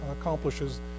accomplishes